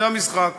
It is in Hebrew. זה המשחק: